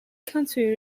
country